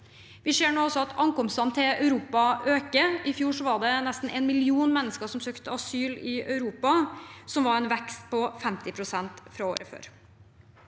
Vi ser nå at ankomstene til Europa øker. I fjor var det nesten én million mennesker som søkte asyl i Europa, en vekst på 50 pst. fra året før.